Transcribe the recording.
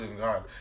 God